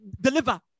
deliver